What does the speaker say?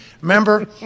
remember